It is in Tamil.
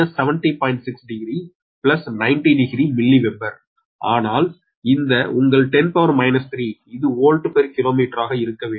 60 900 மில்லி வெபர் ஆனால் இந்த உங்கள் 10 3 இது வோல்ட் பெர் கிலோமீட்டராக இருக்க வேண்டும்